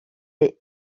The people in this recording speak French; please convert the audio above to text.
est